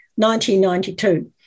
1992